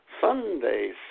Sunday